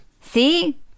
See